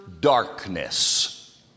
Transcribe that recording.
darkness